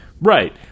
Right